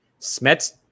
Smets